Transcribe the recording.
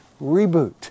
reboot